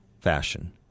fashion